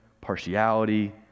partiality